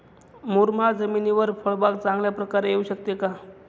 मुरमाड जमिनीवर फळबाग चांगल्या प्रकारे येऊ शकते का?